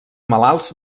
malalts